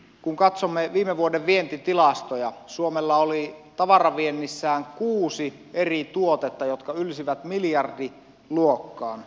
kun katsomme viime vuoden vientitilastoja suomella oli tavaraviennissään kuusi eri tuotetta jotka ylsivät miljardiluokkaan